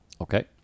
Okay